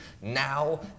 NOW